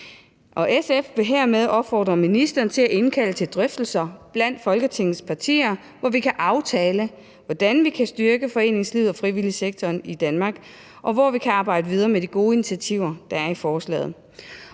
SF vil hermed opfordre ministeren til at indkalde til drøftelser blandt Folketingets partier, hvor vi kan aftale, hvordan vi kan styrke foreningslivet og frivilligsektoren i Danmark, og hvor vi kan arbejde videre med de gode initiativer, der er i forslaget.